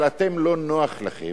אבל אתם, לא נוח לכם,